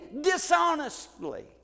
dishonestly